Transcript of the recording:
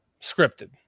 scripted